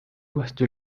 uuesti